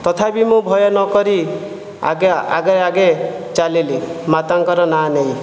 ତଥାପି ମୁଁ ଭୟ ନକରି ଆଗେ ଆଗେ ଆଗେ ଚାଲିଲି ମାତାଙ୍କର ନାଁ ନେଇ